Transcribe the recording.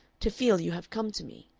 to feel you have come to me.